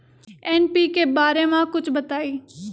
NPK बारे म कुछ बताई?